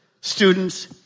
students